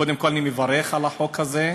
קודם כול אני מברך על החוק הזה,